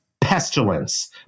pestilence